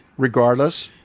regardless,